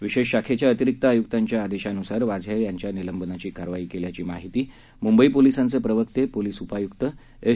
विशेष शाखेच्या अतिरिक्त आय्क्तांच्या आदेशान्सार वाझे यांच्या निलंबनाची कारवाई केल्याची माहिती मुंबई पोलिसांचे प्रवक्ते पोलीस उपाय्क्त एस